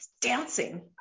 dancing